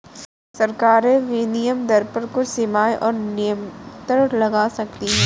सरकारें विनिमय दर पर कुछ सीमाएँ और नियंत्रण लगा सकती हैं